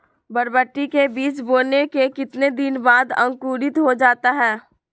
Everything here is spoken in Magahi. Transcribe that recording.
बरबटी के बीज बोने के कितने दिन बाद अंकुरित हो जाता है?